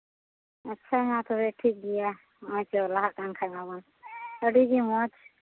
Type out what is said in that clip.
ᱟᱪᱪᱷᱟ ᱢᱟ ᱛᱚᱵᱮ ᱴᱷᱤᱠ ᱜᱮᱭᱟ ᱱᱚᱜᱼᱚᱭ ᱛᱚ ᱞᱟᱦᱟᱜ ᱠᱟᱱ ᱠᱷᱟᱱ ᱢᱟᱵᱚᱱ ᱟᱹᱰᱤᱜᱮ ᱢᱚᱡᱽ